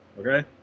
okay